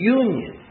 union